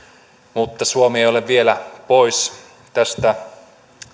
mutta suomi ei ole vielä pois tästä